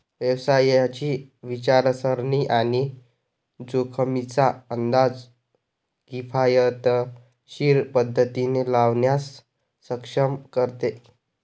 व्यवसायाची विचारसरणी आणि जोखमींचा अंदाज किफायतशीर पद्धतीने लावण्यास सक्षम करते